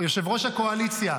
יושב-ראש הקואליציה,